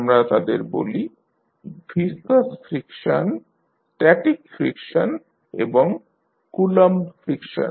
আমরা তাদের বলি ভিসকাস ফ্রিকশন স্ট্যাটিক ফ্রিকশন এবং কুলম্ব ফ্রিকশন